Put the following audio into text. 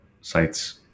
sites